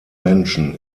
menschen